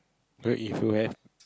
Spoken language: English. very if you have